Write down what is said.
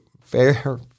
fair